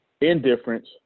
indifference